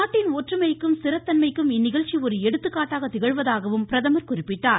நாட்டின் ஒற்றுமைக்கும் ஸ்திரத்தன்மைக்கும் இந்நிகழ்ச்சி நம் ஒரு எடுத்துக்காட்டாக திகழ்வதாகவும் பிரதமர் குறிப்பிட்டார்